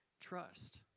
Trust